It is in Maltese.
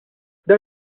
dan